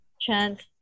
chance